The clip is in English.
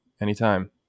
anytime